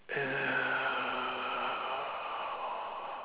uh